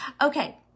Okay